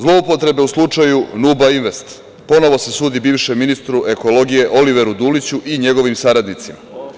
Zloupotrebe u slučaju „Nub invest“, ponovo se sudi bivšem ministru ekologije, Oliveru Duliću i njegovim saradnicima.